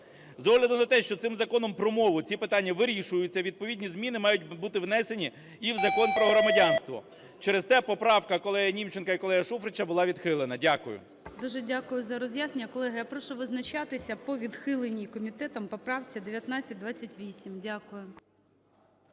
З огляду на це, що цим Законом про мову ці питання вирішуються, відповідні зміни мають бути внесені і в Закон про громадянство. Через те поправка колеги Німченка і колеги Шуфрича була відхилена. Дякую. ГОЛОВУЮЧИЙ. Дуже дякую за роз'яснення. Колеги, я прошу визначатися по відхиленню комітетом поправки 1928. Дякую.